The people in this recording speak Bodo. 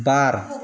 बार